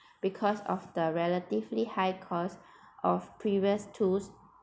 because of the relatively high cost of previous tools